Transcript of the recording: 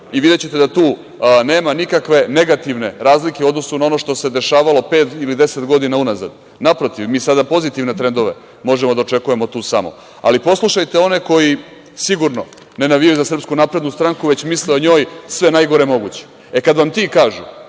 i videćete da tu nema nikakve negativne razlike u odnosu na ono što se dešavalo pet ili deset godina unazad. Naprotiv, mi sada pozitivne trendove možemo da očekujemo samo. Poslušajte one koji sigurno ne navijaju za SNS, već misle o njoj sve najgore moguće. Kada vam ti kažu